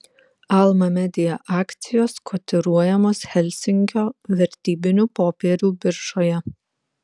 alma media akcijos kotiruojamos helsinkio vertybinių popierių biržoje